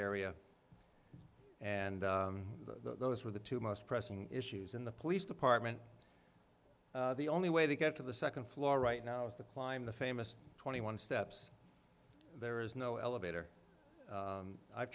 area and the those were the two most pressing issues in the police department the only way to get to the second floor right now is the climb the famous twenty one steps there is no elevator i've